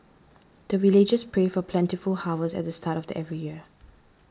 the villagers pray for plentiful harvest at the start of every year